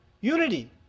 unity